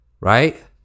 right